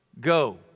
Go